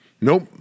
Nope